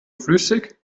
flüssig